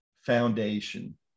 foundation